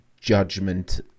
judgment